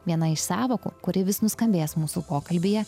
viena iš sąvokų kuri vis nuskambės mūsų pokalbyje